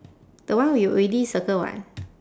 that one we already circle [what]